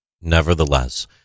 Nevertheless